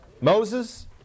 Moses